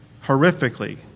horrifically